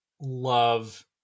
love